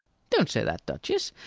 don't say that, duchess.